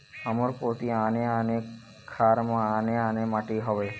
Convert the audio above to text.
हमर कोती आने आने खार म आने आने माटी हावे?